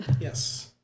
Yes